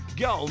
go